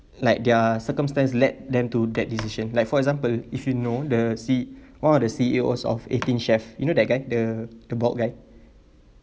like their circumstance led them to that decision like for example if you know the c~ one of the C_E_Os of eighteen chef you know that guy the bald guy